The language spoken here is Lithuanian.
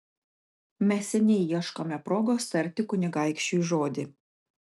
mes seniai ieškome progos tarti kunigaikščiui žodį